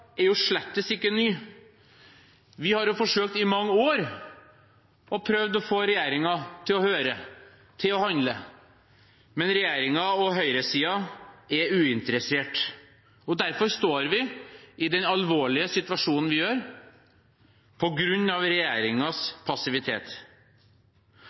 ikke ny. Vi har i mange år forsøkt å få regjeringen til å høre, til å handle, men regjeringen, og høyresiden, er uinteressert. Derfor står vi i den alvorlige situasjonen vi gjør,